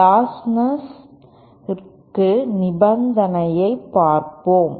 லோச்ட்நெஸ்ஸிற்கான நிபந்தனையை பார்ப்போம்